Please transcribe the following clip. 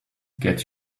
get